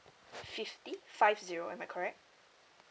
fifty five zero am I correct